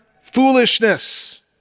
foolishness